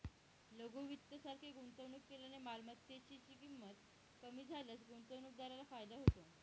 लघु वित्त सारखे गुंतवणूक केल्याने मालमत्तेची ची किंमत कमी झाल्यास गुंतवणूकदाराला फायदा होतो